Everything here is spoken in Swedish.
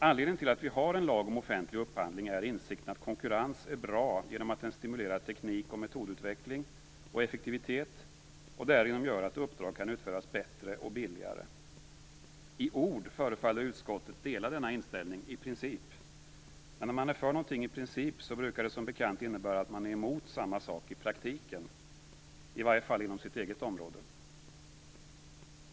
Anledningen till att vi har en lag om offentlig upphandling är insikten att konkurrens är bra genom att den stimulerar teknik och metodutveckling och effektivitet och därigenom gör att uppdrag kan utföras bättre och billigare. I ord förefaller utskottet dela denna inställning i princip, men när man är för något i princip så brukar det som bekant innebära att man är emot samma sak i praktiken, i varje fall inom sitt eget område.